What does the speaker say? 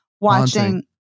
watching